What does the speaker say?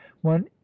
one